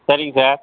சரிங்க சார்